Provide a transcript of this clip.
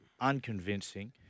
unconvincing